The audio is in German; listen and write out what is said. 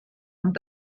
und